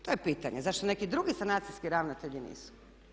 To je pitanje, zašto neki drugi sanacijski ravnatelji nisu?